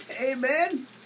amen